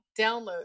download